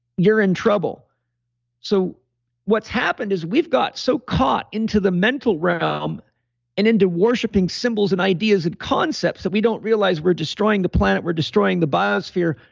you're in trouble so what's happened is we've got so caught into the mental realm and into worshiping symbols and ideas and concepts that we don't realize we're destroying the planet, we're destroying the biosphere,